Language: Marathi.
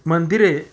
मंदिरे